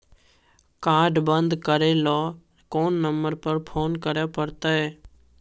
Card बन्द करे ल कोन नंबर पर फोन करे परतै?